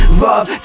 love